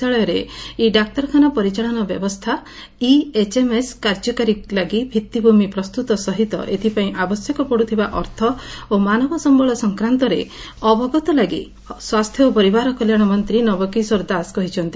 ଳୟରେ e ଡାକ୍ତରଖାନା ପରିଚାଳନା ବ୍ୟବସ୍ଥା ଇ ଏଚ୍ଏମ୍ଏସ୍ କାର୍ଯ୍ୟକାରୀ ଲାଗି ଭିଭିମି ପ୍ରସ୍ଠୁତ ସହିତ ଏଥିପାଇଁ ଆବଶ୍ୟକ ପଡୁଥିବା ଅର୍ଥ ଓ ମାନବ ସମ୍ୟଳ ସଂକ୍ରାନ୍ଡରେ ଅବଗତ ଲାଗି ସ୍ୱାସ୍ଥ୍ୟ ଓ ପରିବାର କଲ୍ୟାଣ ମନ୍ତୀ ନବ କିଶୋର ଦାସ କହିଛନ୍ତି